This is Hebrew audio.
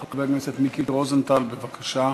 חבר הכנסת מיקי רוזנטל, בבקשה.